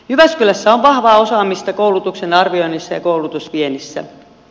jyväskylässä on vahvaa osaamista koulutuksen arvioinnissa ja koulutusviennissä